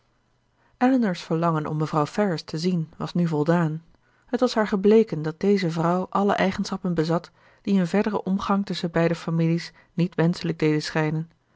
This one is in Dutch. elinor's verlangen om mevrouw ferrars te zien was nu voldaan het was haar gebleken dat deze vrouw alle eigenschappen bezat die een verderen omgang tusschen beide families niet wenschelijk deden schijnen